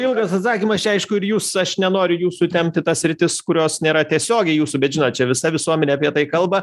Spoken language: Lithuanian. ilgas atsakymas čia aišku ir jūs aš nenoriu jūsų tempt į tas sritis kurios nėra tiesiogiai jūsų bet žinot visa visuomenė apie tai kalba